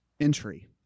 Entry